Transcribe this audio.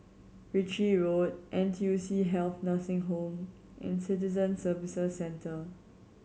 Ritchie Road N T U C Health Nursing Home and Citizen Services Centre